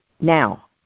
now